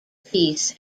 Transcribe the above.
peace